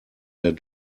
der